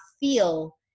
feel